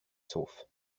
sauf